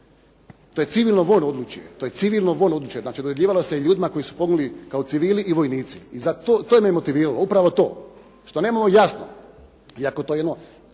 Krste Frankopana, to je civilno vojno odličje, znači dodjeljivalo se i ljudima koji su poginuli kao civili i vojnici i to me motiviralo, upravo to. Što nemamo jasno iako to jasno